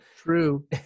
true